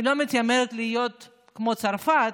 אני לא מתיימרת להיות כמו צרפת,